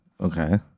Okay